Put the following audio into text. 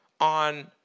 on